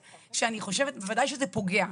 בוודאי שזה פוגע,